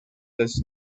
does